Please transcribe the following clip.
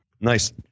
Nice